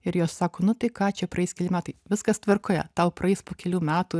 ir jos sako nu tai ką čia praeis keli metai viskas tvarkoje tau praeis po kelių metų